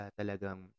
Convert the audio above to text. talagang